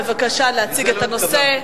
בבקשה להציג את הנושא.